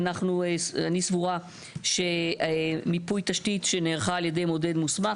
אני סבורה שמיפוי תשתית שנערכה על ידי מודד מוסמך,